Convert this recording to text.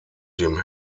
dem